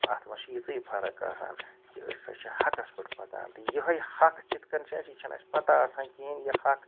اتھ مَنٛز چھِ یِژٕے فرق آسان کہِ أسۍ سہ چھِ حَقَس پٮ۪ٹھ پَکان تہٕ یِہٕے حِق کِتھ کٔنۍ چھُ اَسہِ یہِ چھَنہٕ اَسہِ پَتہٕ آسان کِہیٖنۍ یہِ حَق